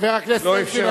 חבר הכנסת אלקין,